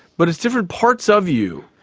but it's different parts of you.